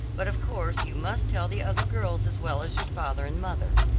but of course you must tell the other girls as well as your father and mother.